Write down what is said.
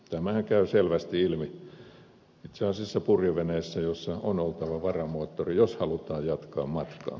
tämähän käy selvästi ilmi itse asiassa purjeveneessä jossa on oltava varamoottori jos halutaan jatkaa matkaa